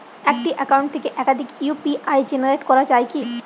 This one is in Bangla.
একটি অ্যাকাউন্ট থেকে একাধিক ইউ.পি.আই জেনারেট করা যায় কি?